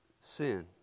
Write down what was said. sin